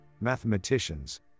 mathematicians